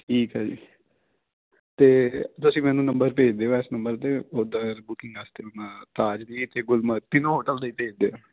ਠੀਕ ਹੈ ਜੀ ਤੇ ਤੁਸੀਂ ਮੈਨੂੰ ਨੰਬਰ ਭੇਜ ਦਿਉ ਇਸ ਨੰਬਰ 'ਤੇ ਉਹਦਾ ਬੁਕਿੰਗ ਵਾਸਤੇ ਤਾਜ ਦੀ ਅਤੇ ਗੁਰਮਤ ਤਿੰਨੋਂ ਹੋਟਲ ਦੀ ਭੇਜ ਦਿਉ